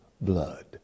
blood